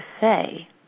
say